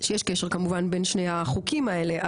שיש קשר כמובן בין שני החוקים האלה,